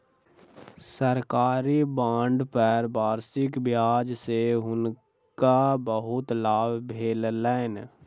सरकारी बांड पर वार्षिक ब्याज सॅ हुनका बहुत लाभ भेलैन